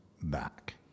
back